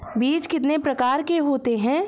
बीज कितने प्रकार के होते हैं?